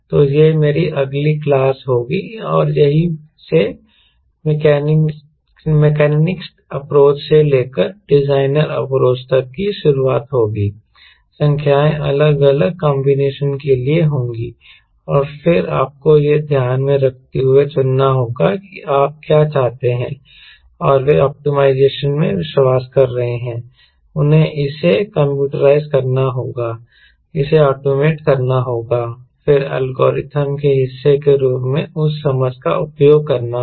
तो यह मेरी अगली क्लास होगी और यहीं से मैकेनिस्टिक अप्रोच से लेकर डिज़ाइनर अप्रोच तक की शुरुआत होती है संख्याएँ अलग अलग कंबीनेशन के लिए होंगी और फिर आपको यह ध्यान में रखते हुए चुनना होगा कि आप क्या चाहते हैं और वे जो ऑप्टिमाइजेशन में विश्वास कर रहे हैं उन्हें इसे कंप्यूटराईज़ करना होगा इसे ऑटोमेट करना होगा फिर एल्गोरिथ्म के हिस्से के रूप में उस समझ का उपयोग करना होगा